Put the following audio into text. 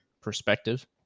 perspective